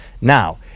Now